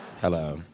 Hello